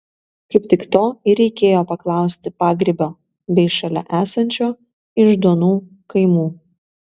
kaip tik to ir reikėjo paklausti pagrybio bei šalia esančio iždonų kaimų